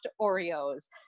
Oreos